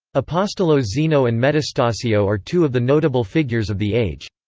apostolo zeno and metastasio are two of the notable figures of the age.